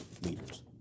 leaders